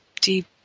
deep